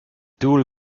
dual